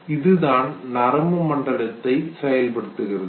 இது தான் நரம்பு மண்டலத்தை செயல்படுத்துகிறது